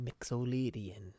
mixolydian